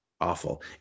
awful